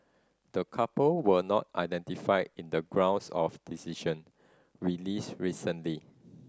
the couple were not identified in the grounds of decision released recently